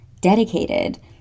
dedicated